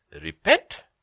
Repent